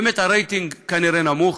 באמת, הרייטינג כנראה נמוך,